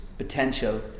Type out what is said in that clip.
Potential